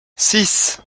six